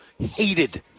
Hated